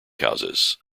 houses